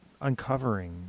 uncovering